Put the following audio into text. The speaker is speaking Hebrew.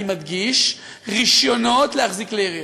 אני מדגיש, רישיונות להחזיק כלי ירייה.